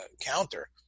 counter